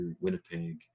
Winnipeg